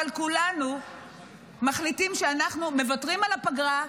אבל כולנו מחליטים שאנחנו מוותרים על הפגרה,